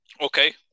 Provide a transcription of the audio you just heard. Okay